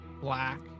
black